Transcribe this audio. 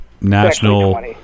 national